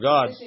God